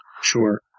Sure